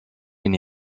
been